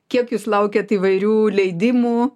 kiek jūs laukiat įvairių leidimų